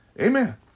Amen